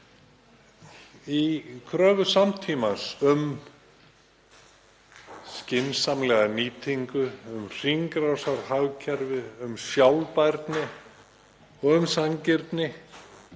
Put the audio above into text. kröfu samtímans um skynsamlega nýtingu, um hringrásarhagkerfi, um sjálfbærni og um sanngirni